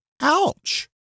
ouch